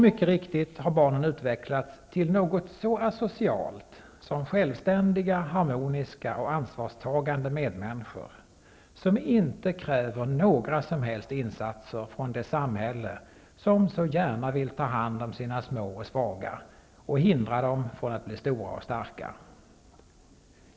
Mycket riktigt har barnen utvecklats till något så asocialt som självständiga, harmoniska och ansvarstagande medmänniskor, som inte kräver några som helst insatser från det samhälle som så gärna vill ta hand om sina små och svaga och hindra dem från att bli stora och starka.